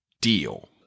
deal